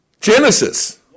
Genesis